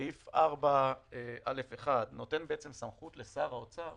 סעיף 4(א)(1) נותן סמכות לשר האוצר